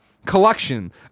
Collection